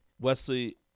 Wesley